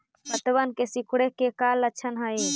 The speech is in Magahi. पत्तबन के सिकुड़े के का लक्षण हई?